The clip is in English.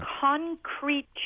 concrete